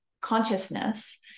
consciousness